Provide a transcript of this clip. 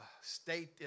state